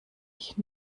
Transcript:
ich